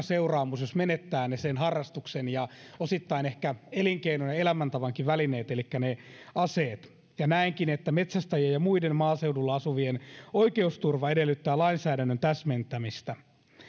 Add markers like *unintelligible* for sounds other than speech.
*unintelligible* seuraamus jos menettää ne harrastuksen ja osittain ehkä elinkeinon ja elämäntavankin välineet elikkä aseet näenkin että metsästäjien ja muiden maaseudulla asuvien oikeusturva edellyttää lainsäädännön täsmentämistä